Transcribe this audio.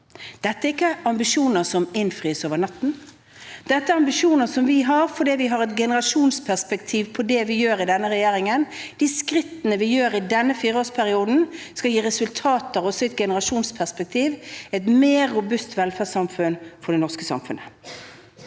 Dette er ikke ambisjoner som innfris over natten; vi har disse ambisjonene fordi vi har et generasjonsperspektiv på det vi gjør i denne regjeringen. De skrittene vi gjør i denne fireårsperioden, skal gi resultater også i et generasjonsperspektiv – et mer robust velferdssamfunn. Arbeidet